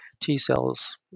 t-cells